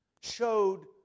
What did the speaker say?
showed